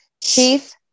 Keith